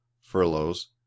furloughs